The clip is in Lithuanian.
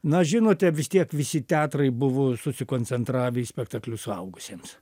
na žinote vis tiek visi teatrai buvo susikoncentravę į spektaklius suaugusiems